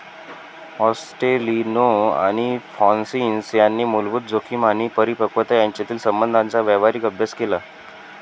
ॲस्टेलिनो आणि फ्रान्सिस यांनी मूलभूत जोखीम आणि परिपक्वता यांच्यातील संबंधांचा व्यावहारिक अभ्यास केला